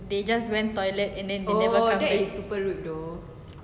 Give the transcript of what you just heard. they just went toilet and then they never come back